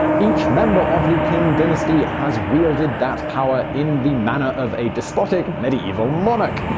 each member of the kim dynasty has wielded that power in the manner of a despotic medieval monarch.